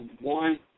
one